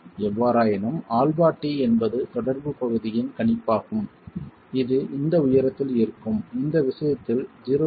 எவ்வாறாயினும் αt என்பது தொடர்புப் பகுதியின் கணிப்பாகும் இது இந்த உயரத்தில் இருக்கும் இந்த விஷயத்தில் 0